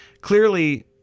clearly